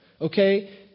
okay